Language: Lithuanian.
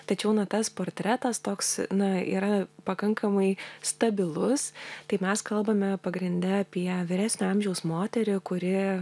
tačiau na tas portretas toks na yra pakankamai stabilus tai mes kalbame pagrinde apie vyresnio amžiaus moterį kuri